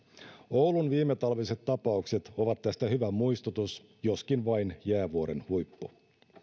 oulun viimetalviset tapaukset ovat tästä hyvä muistutus joskin vain jäävuoren huippu